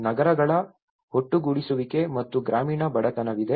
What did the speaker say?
ನಗರಗಳ ಒಟ್ಟುಗೂಡಿಸುವಿಕೆ ಮತ್ತು ಗ್ರಾಮೀಣ ಬಡತನವಿದೆ